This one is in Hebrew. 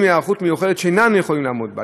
היערכות מיוחדת שהם אינם יכולים לעמוד בה.